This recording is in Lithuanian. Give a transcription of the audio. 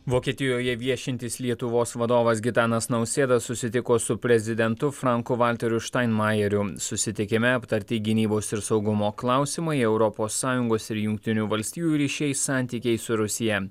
vokietijoje viešintis lietuvos vadovas gitanas nausėda susitiko su prezidentu franku valteriu štainmajeriu susitikime aptarti gynybos ir saugumo klausimai europos sąjungos ir jungtinių valstijų ryšiai santykiai su rusija